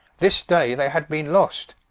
this day they had beene lost.